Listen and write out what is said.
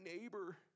neighbor